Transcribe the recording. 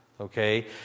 Okay